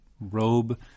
robe